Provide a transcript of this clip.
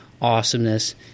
awesomeness